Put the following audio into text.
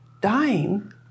dying